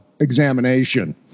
examination